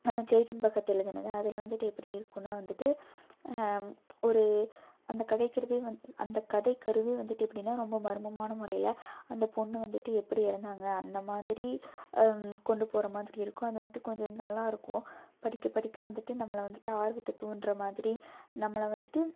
சேத்தன் பகத் எழுதினது அதில் வந்துட்டு எப்படி இருக்குன்னால் வந்துட்டு ஒரு அந்த கதை திருப்பியும் வந் அந்த கதை கருவே வந்துட்டு எப்படின்னா ரொம்ப மர்மமான முறையில் அந்த பொண்ணு வந்துட்டு எப்படி இறந்தாங்க அந்த மாதிரி கொண்டு போகிற மாதிரி இருக்கும் அது வந்துட்டு கொஞ்சம் நல்லா இருக்கும் படிக்கப் படிக்க வந்துட்டு நம்மளை வந்துட்டு ஆர்வத்தை தூண்டுகிற மாதிரி நம்மளை வந்துட்டு